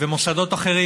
וגם מוסדות אחרים,